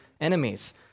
enemies